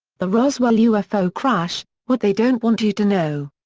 the roswell ufo crash what they don't want you to know.